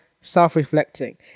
self-reflecting